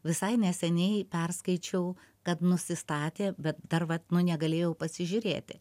visai neseniai perskaičiau kad nusistatė bet perva nu negalėjau pasižiūrėti